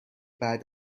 بعد